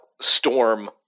Storm